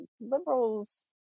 liberals